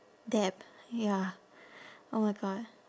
debt ya oh my god